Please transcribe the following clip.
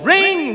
Ring